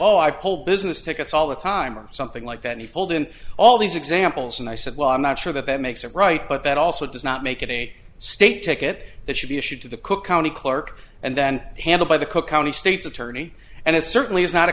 well i pull business tickets all the time or something like that he pulled in all these examples and i said well i'm not sure that that makes it right but that also does not make it a state ticket that should be issued to the cook county clerk and then handed by the cook county state's attorney and it certainly is not a